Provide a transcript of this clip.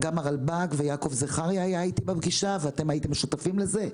גם הרלב"ד ויעקב זכריה היה איתי בפגישה ואתם הייתם שותפים לזה.